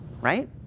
right